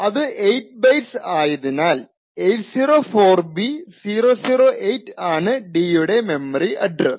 അത് 8 ബൈറ്റ്സ് ആയതിനാൽ 804B008 ആണ് d യുടെ മെമ്മറി അഡ്രസ്